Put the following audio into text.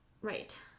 right